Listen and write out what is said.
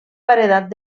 paredat